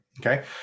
Okay